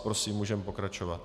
Prosím, můžeme pokračovat.